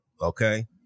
Okay